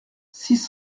six